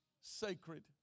sacred